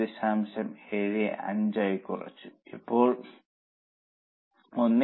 75 ആയി കുറച്ചു ഇപ്പോൾ 1